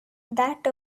that